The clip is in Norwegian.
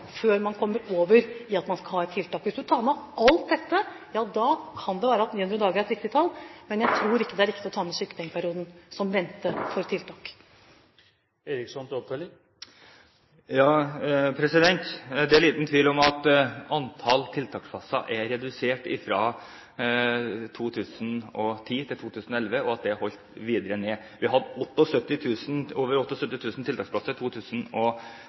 før de kommer over på tiltak. Hvis man tar med alt dette, ja da kan det være at 900 dager er et riktig tall. Men jeg tror ikke det er riktig å ta med sykepengeperioden – de som venter på tiltak. Det er liten tvil om at antall tiltaksplasser er redusert fra 2010 til 2011, og at det er tatt videre ned. Vi hadde over 78 000 tiltaksplasser